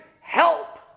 help